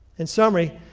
in summary,